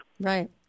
Right